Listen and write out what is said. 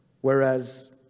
Whereas